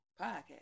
podcast